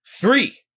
Three